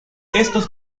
estos